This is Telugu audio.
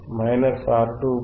gain R2R1